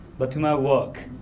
but to my work,